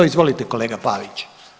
Izvolite kolega Pavić.